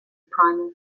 primal